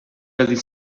getting